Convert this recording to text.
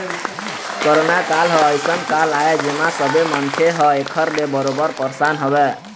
corona काल ह अइसन काल आय जेमा सब्बे मनखे ह ऐखर ले बरोबर परसान हवय